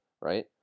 right